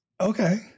Okay